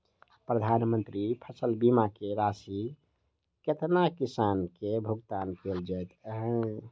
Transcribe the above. प्रधानमंत्री फसल बीमा की राशि केतना किसान केँ भुगतान केल जाइत है?